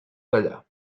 dellà